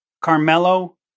Carmelo